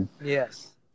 Yes